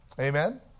Amen